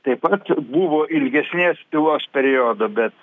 taip pat buvo ilgesnės tylos periodų bet